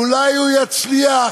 אולי הוא יצליח,